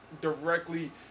directly